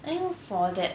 I think for that